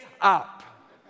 up